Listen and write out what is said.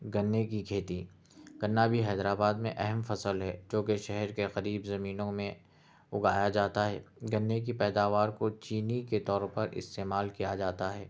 گنے کی کھیتی گنا بھی حیدر آباد میں اہم فصل ہے جو کہ شہر کے قریب زمینوں میں اگایا جاتا ہے گنے کی پیداوار کو چینی کے طور پر استعمال کیا جاتا ہے